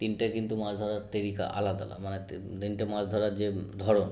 তিনটে কিন্তু মাছ ধরার তেরিকা আলাদা মানে তিনটে মাছ ধরার যে ধরন